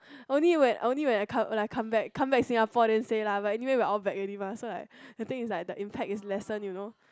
only when only when when I come come back come back Singapore then say lah but anyway we all come back already mah so like the thing is like the impact is lesser you know